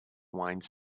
wine